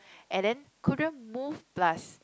and then couldn't move plus